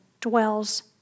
dwells